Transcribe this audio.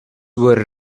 were